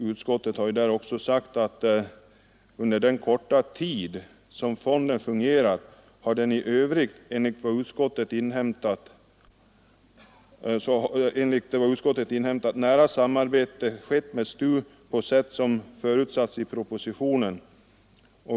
Utskottet har anfört: ”Under den korta tid som fonden fungerat har den i övrigt, enligt vad utskottet inhämtat, nära samarbetat med STU på sätt som förutsattes i propositionen.